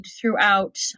throughout